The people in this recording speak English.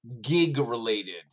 gig-related